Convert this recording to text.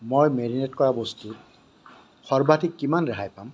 মই মেৰিনেট কৰা বস্তুত সৰ্বাধিক কিমান ৰেহাই পাম